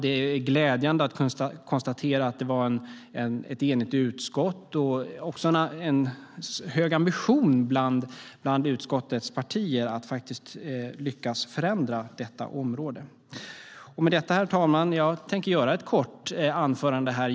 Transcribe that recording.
Det är glädjande att kunna konstatera att det är ett enigt utskott och en hög ambition bland utskottets partier att lyckas förändra detta område. Herr talman! Jag tänkte hålla ett kort anförande här.